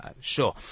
sure